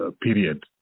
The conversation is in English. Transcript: period